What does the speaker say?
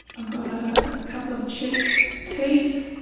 i got a couple of chipped teeth,